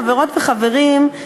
חברות וחברים,